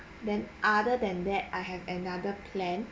then other than that I have another plan